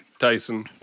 Tyson